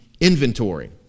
Inventory